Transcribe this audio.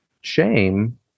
shame